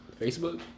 Facebook